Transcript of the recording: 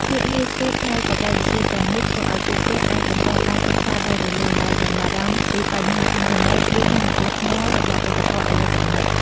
ភាពងាយស្រួលផ្នែកបច្ចេកវិទ្យាទាំងនេះធ្វើឱ្យពួកគេអាចបន្តការសិក្សាដោយរលូន ដោយមិនបារម្ភពីបញ្ហាអ៊ីនធឺណេត ឬថាមពលថ្មរបស់ឧបករណ៍អេឡិចត្រូនិក។